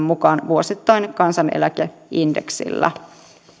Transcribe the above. mukaan vuosittain kansaneläkeindeksillä